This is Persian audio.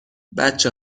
بچه